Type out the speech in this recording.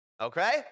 okay